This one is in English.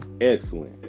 Excellent